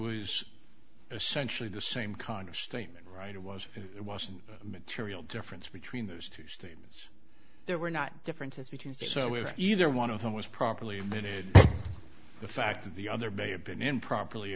was essentially the same kind of statement right or was it wasn't material difference between those two statements there were not differences between so if either one of them was properly admitted the fact of the other day had been improperly